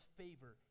favor